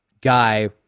guy